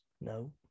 no